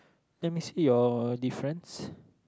let me see your difference